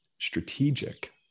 strategic